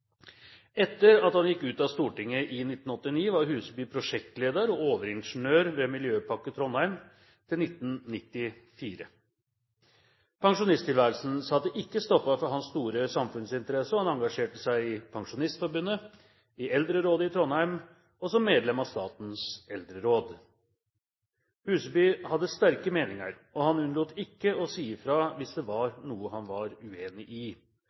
Etter at han gikk ut av Stortinget i 1989, var Huseby prosjektleder og overingeniør ved Miljøpakke Trondheim til 1994. Pensjonisttilværelsen satte ikke stopper for hans store samfunnsinteresse, og han engasjerte seg i Pensjonistforbundet, i Eldrerådet i Trondheim og som medlem av Statens Eldreråd. Huseby hadde sterke meninger, og han unnlot ikke å si fra hvis det var noe han var uenig i.